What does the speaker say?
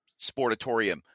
Sportatorium